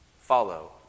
follow